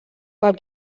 pel